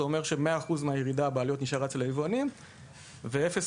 זה אומר ש-100% מהירידה בעלויות נשארה אצל היבואנים והצרכנים קיבלו